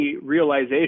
realization